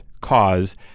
cause